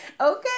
Okay